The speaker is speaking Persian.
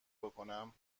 بکنم